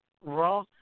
Raw